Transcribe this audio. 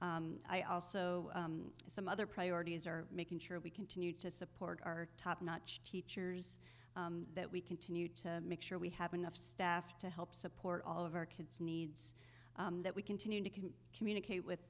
i also some other priorities are making sure we continue to support our top notch teachers that we continue to make sure we have enough staff to help support all of our kids needs that we continue to communicate with